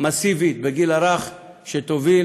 מסיבית בגיל הרך, שתוביל